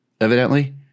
evidently